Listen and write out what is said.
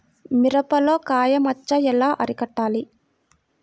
మిరపలో కాయ మచ్చ ఎలా అరికట్టాలి?